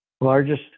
Largest